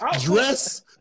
dress